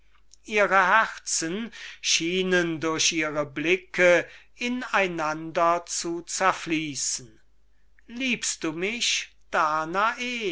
ihre herzen schienen durch ihre blicke in einander zu zerfließen liebest du mich danae